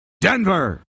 Denver